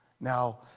Now